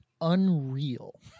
unreal